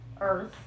Earth